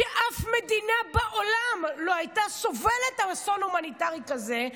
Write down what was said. שאף מדינה בעולם לא הייתה סובלת אסון הומניטרי כזה.